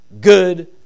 good